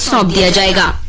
so da da da